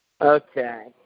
Okay